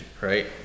right